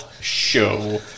show